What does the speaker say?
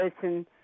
person